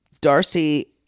Darcy